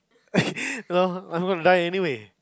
L_O_L I going to die anyway